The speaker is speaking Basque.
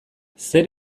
zer